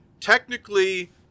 technically